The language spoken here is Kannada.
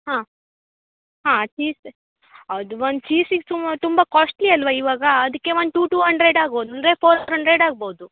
ಹಾಂ ಹಾಂ ಚೀಸ್ ಅದು ಬಂದು ಚೀಸಿಗೆ ಸುಮಾರು ತುಂಬ ಕಾಸ್ಟ್ಲಿ ಅಲ್ವಾ ಇವಾಗ ಅದಕ್ಕೆ ಒಂದು ಟು ಟು ಅಂಡ್ರೆಡ್ ಆಗ್ಬೋದು ಅಂದರೆ ಫೋರ್ ಹಂಡ್ರೆಡ್ ಆಗ್ಬೋದು